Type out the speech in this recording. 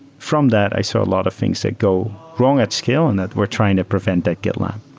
from that, i saw a lot of things that go wrong at scale and that we're trying to prevent at gitlab.